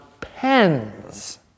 pens